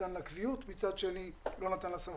נתן לה קביעות, מצד שני לא נתן לה סמכות.